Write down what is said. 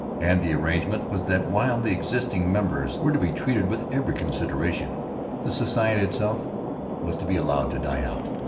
and the arrangement was that while the existing members were to be treated with every consideration the society itself was to be allowed to die out.